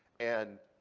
and,